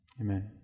amen